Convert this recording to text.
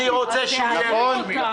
אני רוצה שיהיה רשמי.